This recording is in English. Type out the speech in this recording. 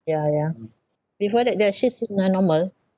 ya ya before that ya she's na~ normal